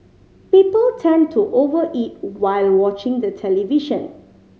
people tend to over eat while watching the television